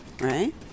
right